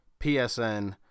PSN